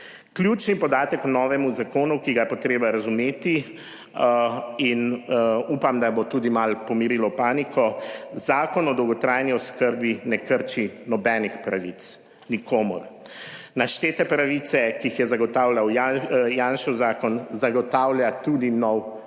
Ključni podatek k novemu zakonu, ki ga je potrebno razumeti, in upam, da bo tudi malo pomirilo paniko: Zakon o dolgotrajni oskrbi ne krči nobenih pravic nikomur. Naštete pravice, ki jih je zagotavljal Janšev zakon, zagotavlja tudi nov Zakon